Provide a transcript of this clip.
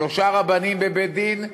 שלושה רבנים בבית-דין,